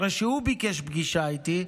אחרי שהוא ביקש פגישה איתי,